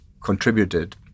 contributed